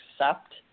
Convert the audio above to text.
accept